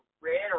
red